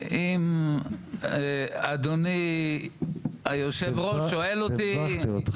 אם אדוני היו"ר שואל אותי --- סיבכתי אותך?